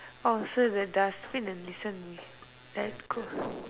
orh so the dustbin and listen me and cool